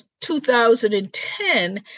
2010